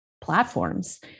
platforms